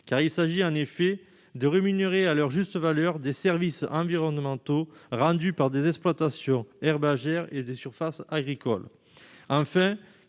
Il s'agit en effet de rémunérer à leur juste valeur les services environnementaux rendus par des exploitations herbagères et des surfaces pastorales.